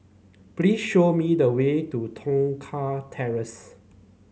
please show me the way to Tong Terrace